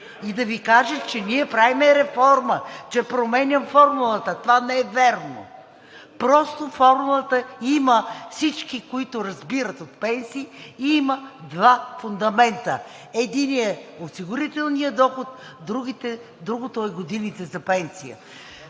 и да Ви каже, че ние правим реформа, че променяме формулата. Това не е вярно! Просто формулата е – всички, които разбират от пенсии, има два фундамента: единият, осигурителният доход, другото са годините за пенсия.